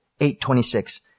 8.26